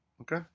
okay